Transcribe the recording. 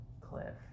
cliff